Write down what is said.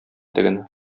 тегене